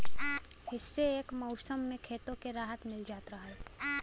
इह्से एक मउसम मे खेतो के राहत मिल जात रहल